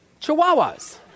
chihuahuas